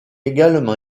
également